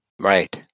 Right